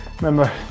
remember